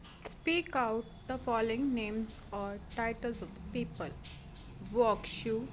speak out the following names or titles of the people woke shoe